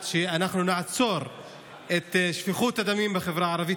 שאנחנו נעצור את שפיכות הדמים בחברה הערבית,